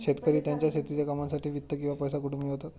शेतकरी त्यांच्या शेतीच्या कामांसाठी वित्त किंवा पैसा कुठून मिळवतात?